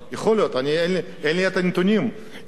יכול להיות,